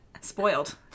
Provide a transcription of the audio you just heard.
spoiled